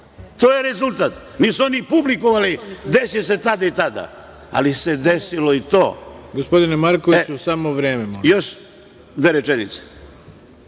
To je rezultat. Nisu oni publikovali, desiće se tada i tada, ali se desilo i to.(Predsednik: Gospodine Markoviću, samo vreme, molim vas.)Još dve rečenice.